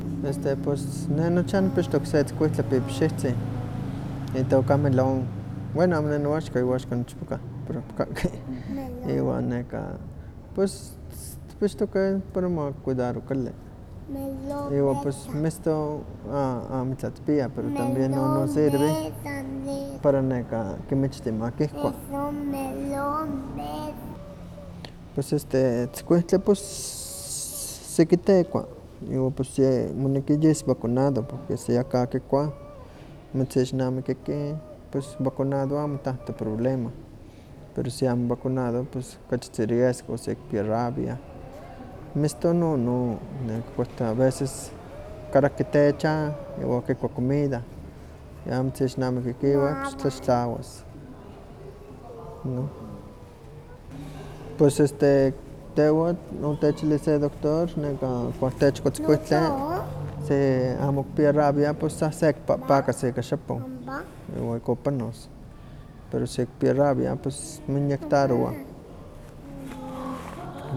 Este pues ne nochan nihpixtok se itzkuintli pipixihtzih, itoka melón, bueno amo ne noaxka iaxka nochpokah, pero ompa katki, iwa nekan pus tihpixtokeh para makuidaro kali, iwa pues miston amitla tihpia, pero también nonosirve para kimichtin makuhkua. Pues este itzkuihtli pus seki tekua, iwa pues ye noneki yis vacunado porque si aka kikuah, mitzixnamikiki, pus vacuado amo tanto problema, pero si amo vacunado pus kachitzi riesgo sikipia rabia. Miston no no, porque a veces kalaki techa iwa kikua comida, yamitzixnamikikiweh ps ttlaxtlawas, pues este tehwan otechili se doctor ihkuak techkua se itzkui si amo kipia rabia sa sekipahpakas ika xapoh, iwa ihkon panos, pero si kipia rabia pues moinyectarowah.